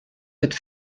mit